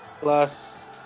plus